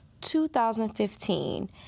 2015